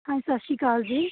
ਹਾਂਜੀ ਸਤਿ ਸ਼੍ਰੀ ਅਕਾਲ ਜੀ